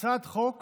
הצעת חוק